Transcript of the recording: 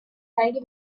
and